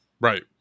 Right